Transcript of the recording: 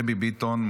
דבי ביטון,